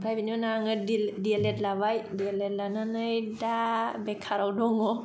आमफराय बेनि उनाव आङो दि एल एद लाबाय दि एल एद लानानै दा बेखाराव दं